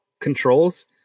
controls